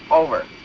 over.